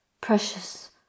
precious